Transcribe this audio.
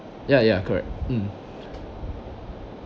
ya ya correct mm